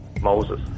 Moses